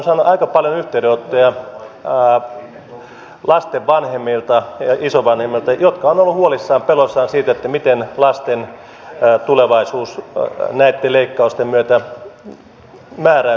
sitten haluaisin todeta että olen saanut aika paljon yhteydenottoja lasten vanhemmilta ja isovanhemmilta jotka ovat olleet huolissaan peloissaan siitä miten lasten tulevaisuus näitten leikkausten myötä määräytyy